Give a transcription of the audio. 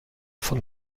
von